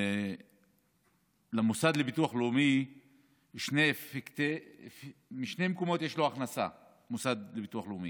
למוסד לביטוח לאומי יש הכנסה משני מקומות: